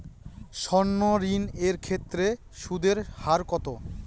সর্ণ ঋণ এর ক্ষেত্রে সুদ এর হার কত?